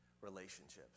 relationships